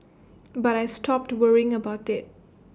but I stopped to worrying about IT